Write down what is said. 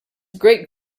great